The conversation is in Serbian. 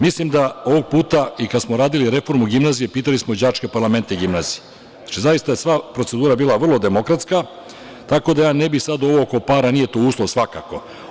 Mislim da ovog puta, i kada smo radili reformu gimnazije pitali smo đačke parlamente gimnazija, zaista je sva procedura bila vrlo demokratska, tako da ne bih sada ovo oko para, nije to uslov svakako.